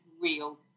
real